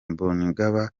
mbonigaba